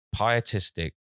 pietistic